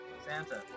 Santa